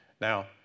Now